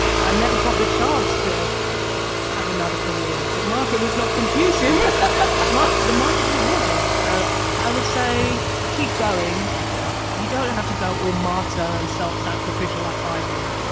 i never got the chance to have another career the market was not conducive, ah the market didn't want me so i would say keep going, yeah you don't have to go all martyr and self sacrificial like i did,